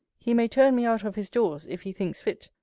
he may turn me out of his doors, if he thinks fit,